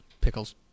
Pickles